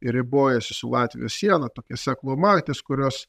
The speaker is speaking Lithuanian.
ir ribojasi su latvijos siena tokia sekluma ties kurios